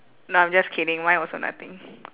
no I'm just kidding mine also nothing